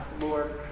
Lord